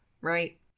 right